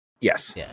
Yes